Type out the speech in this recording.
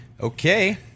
Okay